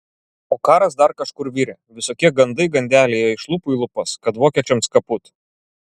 o karas dar kažkur virė visokie gandai gandeliai ėjo iš lūpų į lūpas kad vokiečiams kaput